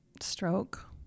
stroke